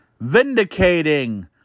Vindicating